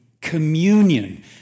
communion